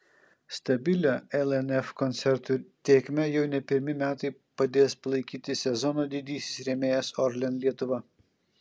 stabilią lnf koncertų tėkmę jau ne pirmi metai padės palaikyti sezono didysis rėmėjas orlen lietuva